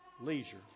leisure